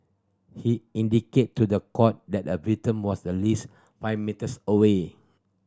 he indicated to the court that a victim was at least five metres away